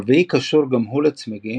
הרביעי קשור גם הוא לצמיגים,